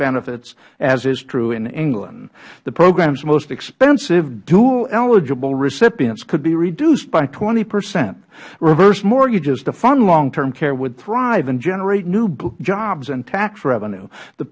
benefits as is true in england the programs most expensive dual eligible recipients could be reduced by twenty percent reverse mortgages to fund long term care would thrive and generate new jobs and tax revenue the